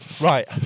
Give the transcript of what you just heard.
Right